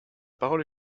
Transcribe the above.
parole